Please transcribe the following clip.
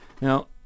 Now